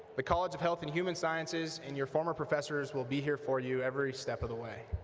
the college of health and human sciences, and your former professors will be here for you every step of the way.